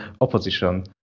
opposition